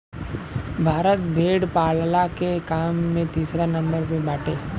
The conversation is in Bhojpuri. भारत भेड़ पालला के काम में तीसरा नंबर पे बाटे